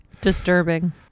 Disturbing